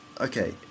okay